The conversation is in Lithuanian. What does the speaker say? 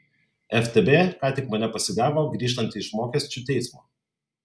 ftb ką tik mane pasigavo grįžtantį iš mokesčių teismo